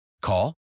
Call